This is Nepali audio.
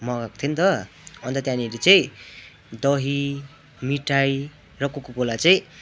मगाएको थिएँ नि त अन्त त्यहाँनिर चाहिँ दही मिठाई र कोकाकोला चाहिँ